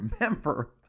remember